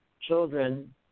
children